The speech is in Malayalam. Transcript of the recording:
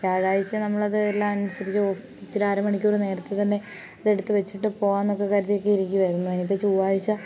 വ്യാഴാഴ്ച്ച നമ്മൾ അത് എല്ലാം അനുസരിച്ചോ ഇച്ചിരി അര മണിക്കൂർ നേരത്തെ തന്നെ അതെടുത്ത് വച്ചിട്ട് പോവാം എന്നൊക്കെ കരുതിയൊക്കെ ഇരിക്കുവായിരുന്നു ഇനി ഇപ്പോൾ ചൊവ്വാഴ്ച്ച